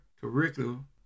curriculum